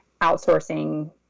outsourcing